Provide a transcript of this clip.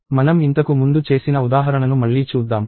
మనం ఇంతకు ముందు చేసిన ఉదాహరణను మళ్లీ చూద్దాం